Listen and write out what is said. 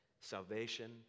Salvation